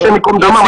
השם ייקום דמם,